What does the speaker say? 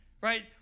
right